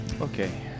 Okay